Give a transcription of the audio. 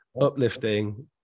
uplifting